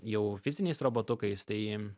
jau fiziniais robotukais tai